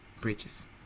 bridges